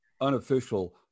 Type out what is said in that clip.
unofficial